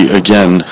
again